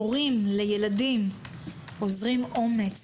והורים לילדים אוזרים אומץ